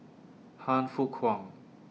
Han Fook Kwang